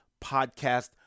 podcast